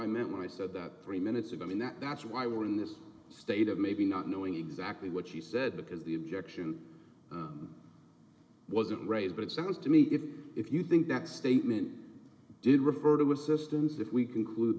i meant when i said that three minutes ago i mean that that's why we're in this state of maybe not knowing exactly what she said because the objection was it right but it sounds to me if if you think that statement did refer to a systems if we conclude